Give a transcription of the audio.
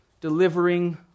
delivering